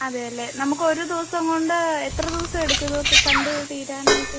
അതെ അല്ലേ നമുക്കൊരു ദിവസം കോണ്ട് എത്ര ദിവസം എടുക്കും ഇതൊക്കെ കണ്ട് തീരാനായിട്ട്